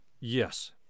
yes